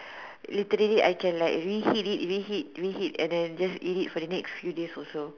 literally I can like reheat it reheat reheat and then just eat it for the next few days or so